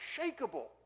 unshakable